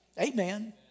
Amen